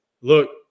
look